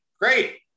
great